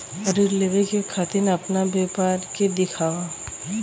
ऋण लेवे के खातिर अपना व्यापार के दिखावा?